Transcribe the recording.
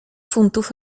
funtów